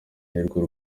nirwo